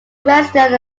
resident